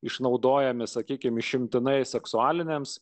išnaudojami sakykime išimtinai seksualiniams